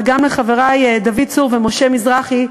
וגם לחברי דוד צור ומשה מזרחי,